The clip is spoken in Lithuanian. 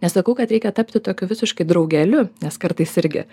nesakau kad reikia tapti tokiu visiškai draugeliu nes kartais irgi